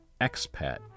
expat